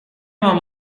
mam